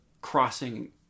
crossing